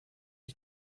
ich